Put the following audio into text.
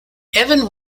evan